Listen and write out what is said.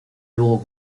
luego